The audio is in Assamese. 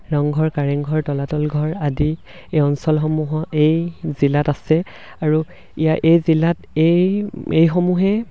ৰংঘৰ কাৰেংঘৰ তলাতল ঘৰ আদি এই অঞ্চলসমূহৰ এই জিলাত আছে আৰু ইয়াৰ এই জিলাত এই এইসমূহে